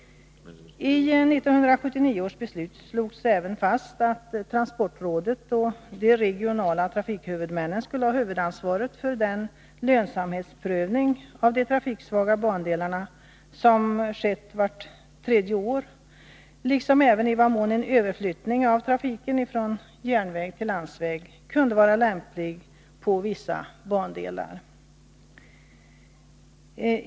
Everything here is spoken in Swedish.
I 1979 års beslut slogs även fast att transportrådet och de regionala trafikhuvudmännen skulle ha huvudansvaret för den lönsamhetsprövning av de trafiksvaga bandelarna som skett vart tredje år, liksom även i vad mån en överflyttning av trafiken från järnväg till landsväg kunde vara lämplig på vissa bandelar.